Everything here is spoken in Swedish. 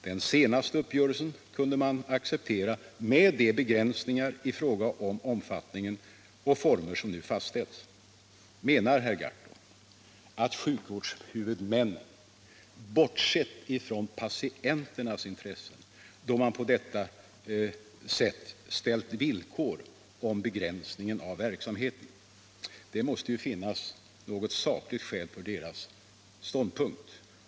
Den senaste uppgörelsen kunde man acceptera med de begränsningar i fråga om om fattningen och formerna som förekommer. Menar herr Gahrton att sjukvårdshuvudmännen har bortsett från patienternas intressen, då man på detta sätt har ställt villkor om begränsningen av verksamheten? Nej, det måste ju finnas något sakligt skäl för deras ståndpunkt.